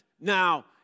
now